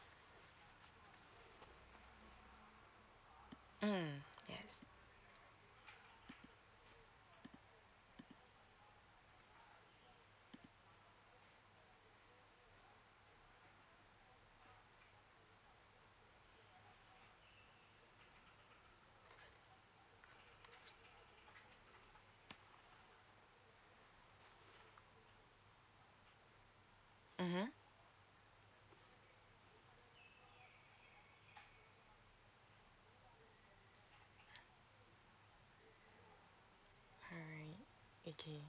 mm yes mm alright okay